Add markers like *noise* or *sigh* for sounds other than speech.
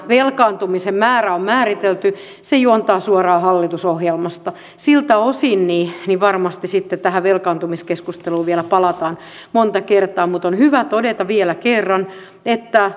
velkaantumisen määrä on määritelty juontaa suoraan hallitusohjelmasta siltä osin varmasti sitten tähän velkaantumiskeskusteluun vielä palataan monta kertaa mutta on hyvä todeta vielä kerran että *unintelligible*